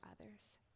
others